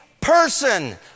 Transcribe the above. person